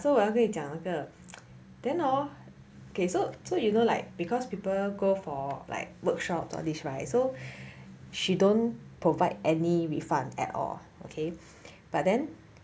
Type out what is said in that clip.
so 我要跟你讲那个 then hor okay so so you know like because people go for like workshop all these right so she don't provide any refund at all okay but then